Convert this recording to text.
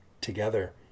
together